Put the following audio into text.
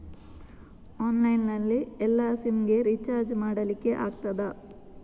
Online ನಲ್ಲಿ ಎಲ್ಲಾ SIM ಗೆ ರಿಚಾರ್ಜ್ ಮಾಡಲಿಕ್ಕೆ ಆಗ್ತದಾ?